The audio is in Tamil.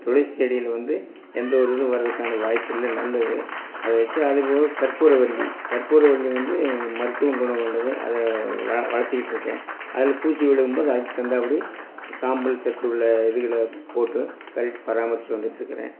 துளசி செடியில் வந்து எந்த ஒரு இதும் வரதுக்கான வாய்ப்பில்லை நல்லது அதை வச்சு அது போக கற்பூரவல்லி கற்பூரவல்லி வந்து மருத்துவம் குணம் கொண்டது அதை வ வளர்த்திக்கிட்ருக்கேன் அதில் பூச்சி விழுகும் போது அதுக்கு தகுந்தாப்புடி சாம்பல் சத்துள்ள இதுகளை போட்டு பராமரிச்சு வந்துட்டிருக்குறேன்